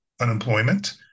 unemployment